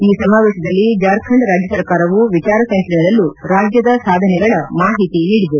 ಈ ಸಮಾವೇಶದಲ್ಲಿ ಜಾರ್ಖಂಡ್ ರಾಜ್ಯ ಸರ್ಕಾರವು ವಿಚಾರಸಂಕಿರಣದಲ್ಲೂ ರಾಜ್ಯದ ಸಾಧನೆಗಳ ಮಾಹಿತಿ ನೀಡಿದೆ